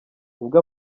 ubwo